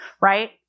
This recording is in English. right